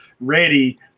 ready